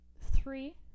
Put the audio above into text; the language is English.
three